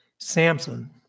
Samson